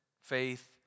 faith